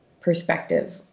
perspective